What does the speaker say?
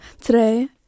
today